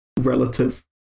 relative